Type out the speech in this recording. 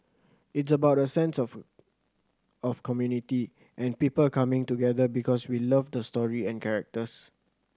it's about a sense of of community and people coming together because we love the story and characters